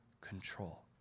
control